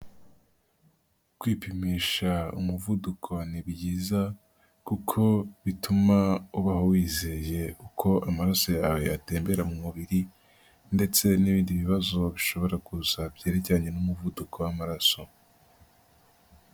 Kwipimisha umuvuduko ni byiza kuko bituma uba wizeye uko amaraso yawe atembera mu mubiri ndetse n'ibindi bibazo bishobora kuza byerekeranye n'umuvuduko w'amaraso.